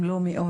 אם לא מאות,